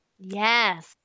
Yes